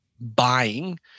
Buying